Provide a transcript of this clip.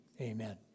amen